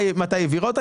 מתי היא העבירה אותה?